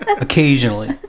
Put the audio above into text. Occasionally